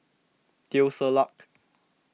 Teo Ser Luck